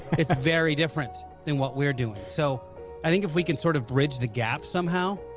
it's very different than what we're doing so i think if we can sort of bridge the gap somehow